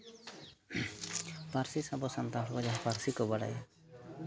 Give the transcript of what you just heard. ᱯᱟᱹᱨᱥᱤ ᱟᱵᱚ ᱥᱟᱱᱛᱟᱲ ᱠᱚ ᱡᱟᱦᱟᱸ ᱯᱟᱹᱨᱥᱤ ᱠᱚ ᱵᱟᱲᱟᱭᱟ